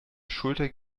schulter